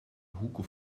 hugo